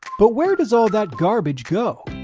but where does all that garbage go?